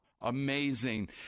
Amazing